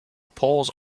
paws